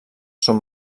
són